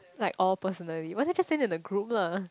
like all personally might as well just send in the group lah